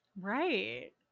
Right